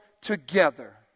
together